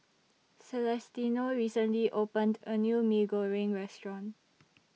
Celestino recently opened A New Mee Goreng Restaurant